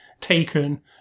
Taken